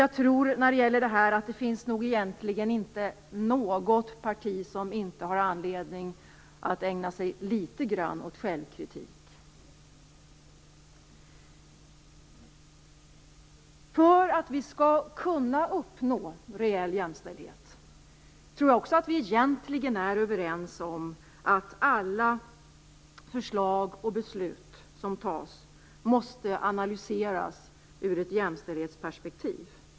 Jag tror att det i detta avseende inte finns något parti som inte har anledning att ägna sig litet grand åt självkritik. För att vi skall kunna uppnå reell jämställdhet - det tror jag också egentligen att vi är överens om - måste alla förslag och beslut analyseras ur jämställdhetperspektiv.